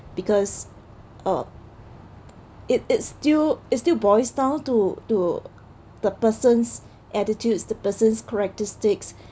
because uh it it's still it still boils down to to the person's attitude the person's characteristics